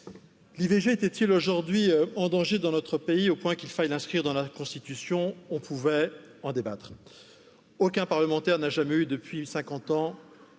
L'ivg était il aujourd'hui en danger dans notre pays au point qu'il faille l'inscrire dans la Constitution, nous pouvions en débattre aucun parlementaire n'a jamais eu depuis 50